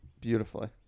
Beautifully